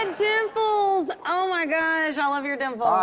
ah dimples. oh, my gosh. i love your dimples.